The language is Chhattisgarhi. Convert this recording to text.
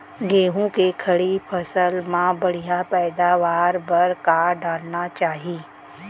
गेहूँ के खड़ी फसल मा बढ़िया पैदावार बर का डालना चाही?